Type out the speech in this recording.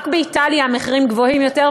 רק באיטליה המחירים גבוהים יותר,